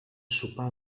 sopar